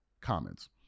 comments